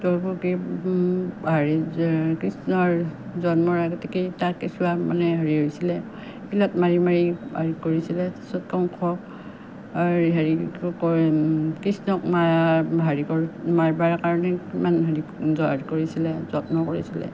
দৈৱকী হেৰি এই কৃষ্ণৰ জন্মৰ আগতে কেইটা কেঁচুৱা মানে হেৰি হৈছিলে সেইবিলাক মাৰি মাৰি হেৰি কৰিছিলে তাৰপিছত কংসক এই হেৰি কৃষ্ণক মাৰা হেৰি কৰি মাৰিবৰ কাৰণে কিমান হেৰি দৰ্দ কৰিছিলে যত্ন কৰিছিলে